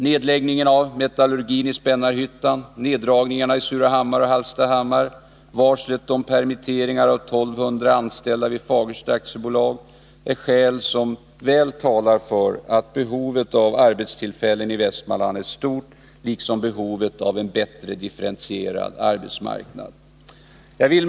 Nedläggningen av metallurgin i Spännarhyttan, neddragningarna i Surahammar och Hallstahammar, varslet om permitteringar av 1200 anställda vid Fagersta AB är skäl som väl talar för att behovet av arbetstillfällen i Västmanland är stort, liksom behovet av en bättre differentierad arbetsmarknad. Herr talman!